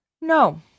No